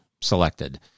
selected